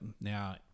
now